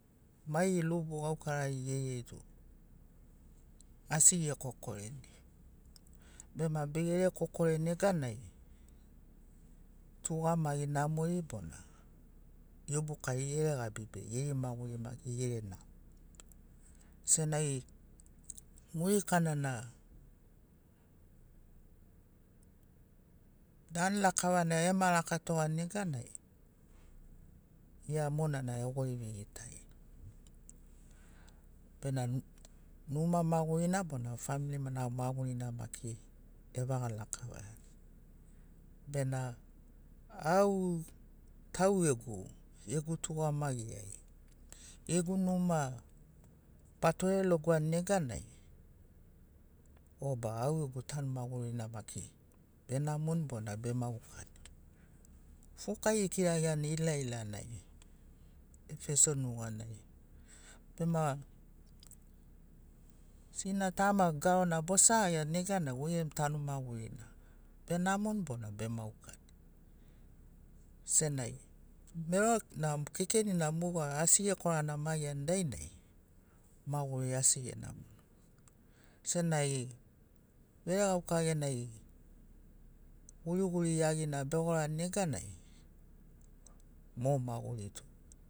Mai lubu gaukarari geriai tu asi ekokoreni bema begere kokore neganai tugamagi namori bona iobukari gere gabi be geri maguri maki gere namo senagi murikana na dan lakavana na ema rakatoani neganai gia monana egori vegitarini bena numa magurina bona famiri magurina maki evaga lakavaiani bena au taugegu gegu tugamagiai gegu numa batore logoani neganai oba au gegu tanu magurina maki benamoni bona bemaukani fukai ekiraiani ilailanai efeso nuganai bema sina tama garona bosagagiani neganai goi gemu tanu magurina benamoni bona bemaukani senagi merona kekenina moga asi ekoranamagiani dainai maguri asi enamoni senagi veregauka genai guriguri iagina begorani neganai mo maguri tu